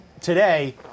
today